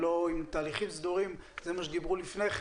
על תהליכים סדורים דיברו לפני כן,